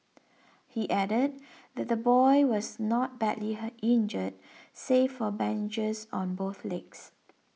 he added that the boy was not badly her injured save for bandages on both legs